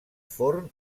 forn